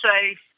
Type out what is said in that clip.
safe